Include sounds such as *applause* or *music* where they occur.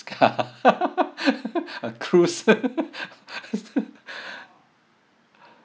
~ka *laughs* a cruise